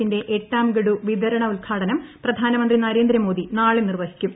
ത്തിന്റെ എട്ടാം ഗഡു വിതരണോദ്ഘാടനം പ്രധാനമന്ത്രി നരേന്ദ്ര് മോദി നാളെ നിർവഹിക്കും